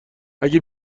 اگه